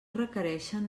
requereixen